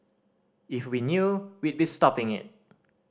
if we knew we'd stopping it